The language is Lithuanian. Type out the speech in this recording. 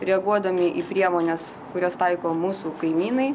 reaguodami į priemones kurias taiko mūsų kaimynai